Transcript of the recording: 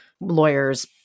lawyers